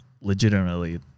legitimately